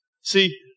See